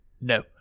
No